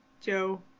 Joe